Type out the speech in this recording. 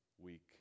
week